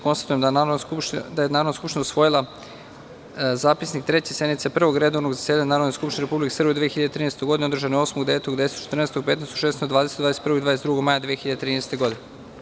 Konstatujem da je Narodna skupština usvojila Zapisnik Treće sednice Prvog redovnog zasedanja Narodne skupštine Republike Srbije u 2013. godini, održane 8, 9, 10, 14, 15, 16, 20, 21. i 22. maja 2013. godine.